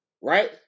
right